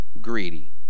greedy